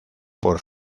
por